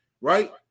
right